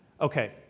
Okay